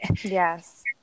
Yes